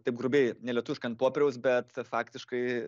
taip grubiai nelietuviškai ant popieriaus bet faktiškai